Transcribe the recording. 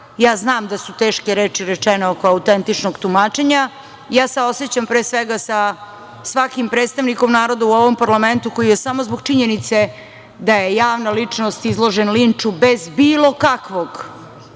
ja znam da su teške reči rečene oko autentičnog tumačenja. Ja se osećam pre svega sa svakim predstavnikom ovog naroda u ovom parlamentu koji je samo zbog činjenice da je javna ličnost izložen linču bez bilo kakvog